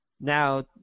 now